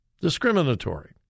discriminatory